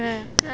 ya